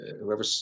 whoever